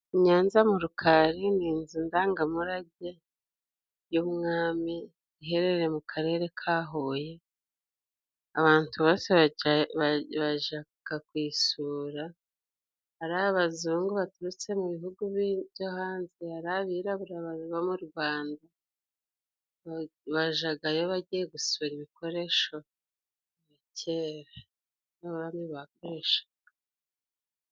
I Nyanza mu Rukari ni inzu ndangamurage y'umwami iherereye mu Karere ka Huye, abantu bashaka bajaga kuyisura. Ari abazungu baturutse mu bihugu byo hanze, ari abibura babaga mu Rwanda, bajagayo bagiye gusura ibikoresho bya kera abami bakoreshaga.